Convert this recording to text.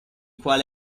quale